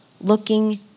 looking